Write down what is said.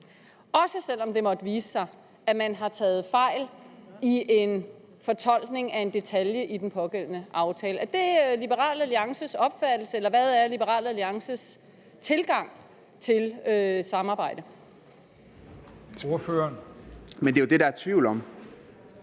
også selv om det måtte vise sig, at man har taget fejl i en fortolkning af en detalje i den pågældende aftale. Er det Liberal Alliances opfattelse? Eller hvad er Liberal Alliances tilgang til samarbejde? Kl. 11:51 Formanden: Ordføreren.